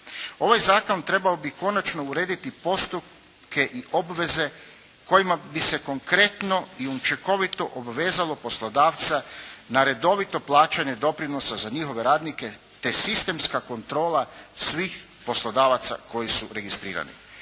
Ovaj zakon trebao bi konačno urediti postupke i obveze kojima se konkretno i učinkovito obvezalo poslodavca na redovito plaćanje doprinosa za njihove radnike te sistemska kontrola svih poslodavaca koji su registrirani.